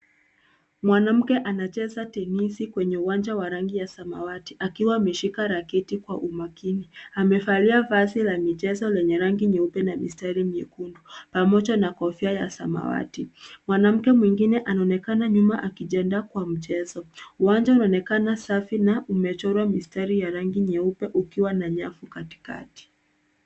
Mwanamke anacheza tenisi kwenye uwanja wa rangi ya samawati akiwa ameshika raketi kwa umakini. Amevalia vazi la michezo lenye rangi nyeupe na mistari nyekundu pamoja na kofia ya samawati. Mwanamke mwingine anaonekana nyuma akijiandaa kwa mchezo. Uwanja unaonekana safi na umechorwa mistari ya rangi nyeupe ukiwa na nyavu katikati.